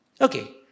Okay